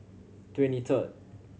twenty third